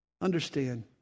Understand